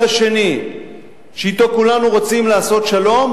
השני שאתו כולנו רוצים לעשות שלום,